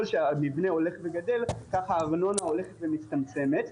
שהמבנה הולך וגדל כך הארנונה הולכת ומצטמצמת.